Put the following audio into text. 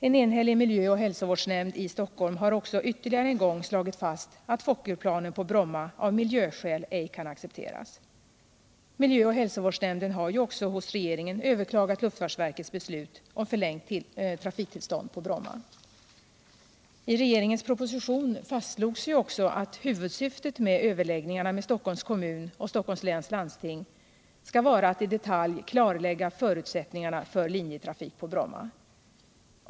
En enhällig miljö och hälsovårdsnämnd i Stockholm har också ytterligare en gång slagit fast att Fokkerplanen på Bromma av miljöskäl ej kan accepteras. Miljö och hälsovårdsnämnden har också hos regeringen överklagat Juftfartsverkets beslut om förlängt trafiktillstånd på Bromma. I regeringens proposition fastslogs ju också att huvudsyftet med överläggningarna med Stockholms kommun och Stockholms läns landting skall vara att i detalj klarlägga förutsättningarna för linjetrafik på Bromma.